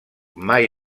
mai